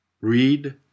read